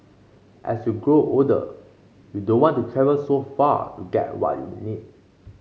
as you grow older you don't want to travel so far to get what you need